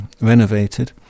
renovated